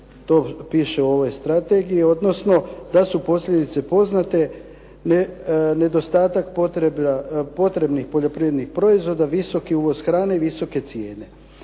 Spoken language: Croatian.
to piše u ovoj strategiji, odnosno da su posljedice poznate. Nedostatak potrebnih poljoprivrednih proizvoda, visoki uvoz hrane, visoke cijene.